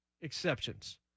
exceptions—